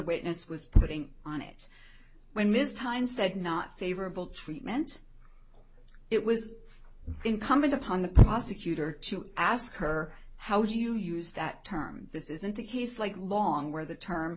witness was putting on it when ms time said not favorable treatment it was incumbent upon the prosecutor to ask her how do you use that term this isn't a case like long where the term